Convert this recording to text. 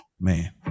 man